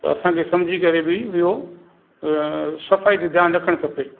त असांखे सम्झी करे बि वेहो सफ़ाई ते ध्यानु रखणु खपे